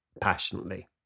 passionately